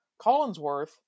Collinsworth